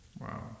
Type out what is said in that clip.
Wow